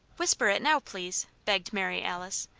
whisper it now, please, begged mary alice,